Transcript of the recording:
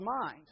mind